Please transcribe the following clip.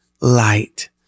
Light